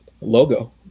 Logo